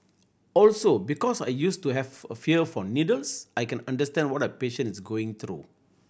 also because I used to have a fear for needles I can understand what a patient is going through